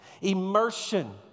immersion